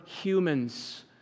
humans